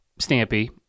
Stampy